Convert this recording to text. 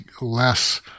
less